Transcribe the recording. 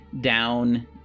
down